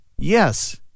Yes